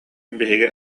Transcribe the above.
биһиги